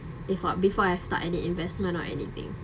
before before I start any investment or anything